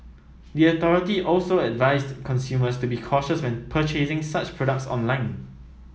the authority also advised consumers to be cautious when purchasing such products online